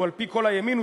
או על-פי כל הימין.